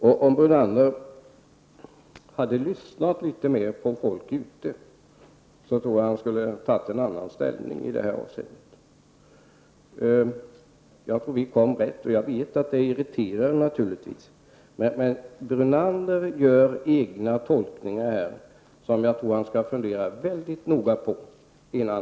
Om herr Brunander hade lyssnat litet mer på folk ute i landet tror jag att han skulle ha intagit en annan ställning i det här avseendet. Jag tror att vi hamnade rätt, och det irriterar naturligtvis. Herr Brunander gör egna tolkningar, och jag tror att han bör fundera mycket noga över dem.